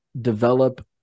develop